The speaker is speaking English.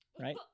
right